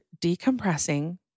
decompressing